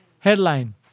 Headline